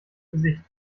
gesicht